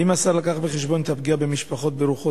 האם השר לקח בחשבון את הפגיעה במשפחות ברוכות